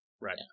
Right